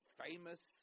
Famous